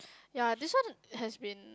ya this one has been